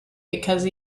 because